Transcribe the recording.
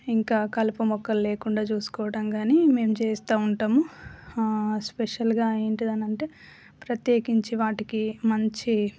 ఇంకా కలుపు మొక్కలు లేకుండా చూసుకోవడం కానీ మేం చేస్తూ ఉంటాము స్పెషల్గా ఏంటిది అని అంటే ప్రత్యేకించి వాటికి మంచి